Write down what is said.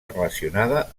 relacionada